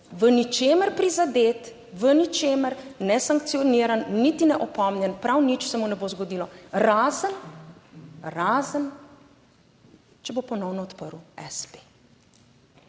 v ničemer prizadet, v ničemer ne sankcioniran niti ne opomnjen, prav nič se mu ne bo zgodilo, razen, razen če bo ponovno odprl